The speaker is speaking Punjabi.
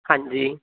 ਹਾਂਜੀ